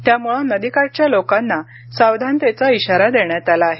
त्यामुळे नदीकाठच्या लोकांना सावधानतेचा इशारा देण्यात आला आहे